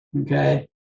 Okay